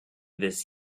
this